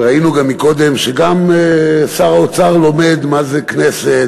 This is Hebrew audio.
וראינו גם קודם שגם שר האוצר לומד מה זה כנסת